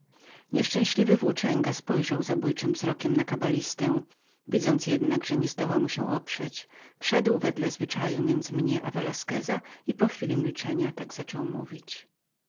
nieszczęśliwy włóczęga spojrzał zabójczym wzrokiem na kabalistę widząc jednak że nie zdoła mu się oprzeć wszedł wedle zwyczaju między mnie a velasqueza i po chwili milczenia tak zaczął mówić